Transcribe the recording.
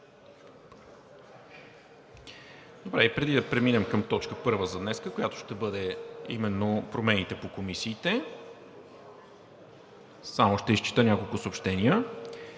Преди да преминем към точка първа за днес, която ще бъде именно промените по комисиите, само ще изчета няколко съобщения.